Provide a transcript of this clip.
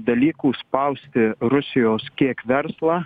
dalykų spausti rusijos kiek verslą